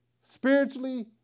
Spiritually